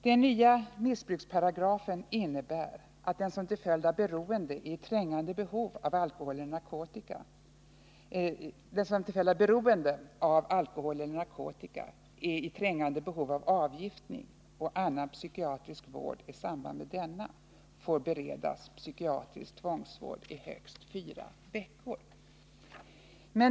Den nya missbruksparagrafen innebär att den som till följd av beroende av alkohol eller narkotika är i trängande behov av avgiftning och annan psykiatrisk vård i samband med denna får beredas psykiatrisk tvångsvård i högst fyra veckor.